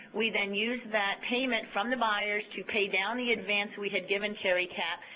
we then used that payment from the buyers to pay down the advance we had given caricap,